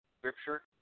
scripture